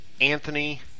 Anthony